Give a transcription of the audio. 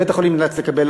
בית-החולים נאלץ לקבל,